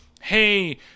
hey